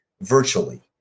virtually